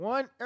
One